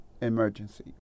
emergency